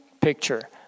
picture